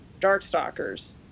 Darkstalkers